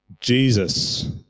Jesus